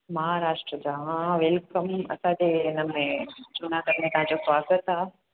महाराष्ट्र जा हा वेलकम असांजे हिनमें जूनागढ़ में स्वागतु आहे